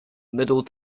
middle